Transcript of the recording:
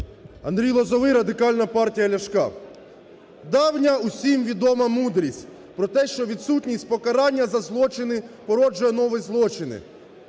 Андрій Лозовий, Радикальна партія Ляшка. Давня, усім відома мудрість про те, що відсутність покарання за злочини породжує нові злочини.